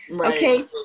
Okay